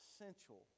essential